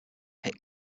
pit